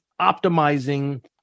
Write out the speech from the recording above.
optimizing